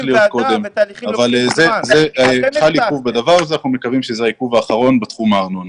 להיות קודם אבל חל עיכוב ואנחנו מקווים שזה העיכוב האחרון בתחום הארנונה.